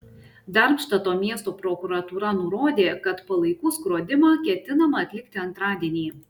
darmštato miesto prokuratūra nurodė kad palaikų skrodimą ketinama atlikti antradienį